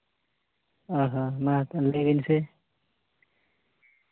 ᱦᱚᱸ ᱦᱚᱸ ᱢᱟ ᱞᱟᱹᱭ ᱵᱮᱱ ᱥᱮ